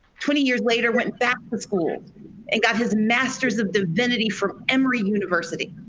twenty years later went back to school and got his master's of divinity from emory university.